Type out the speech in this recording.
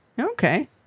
Okay